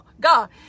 God